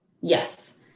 Yes